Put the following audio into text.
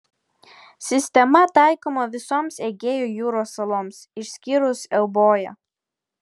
sistema taikoma visoms egėjo jūros saloms išskyrus euboją